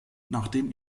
nachdem